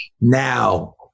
Now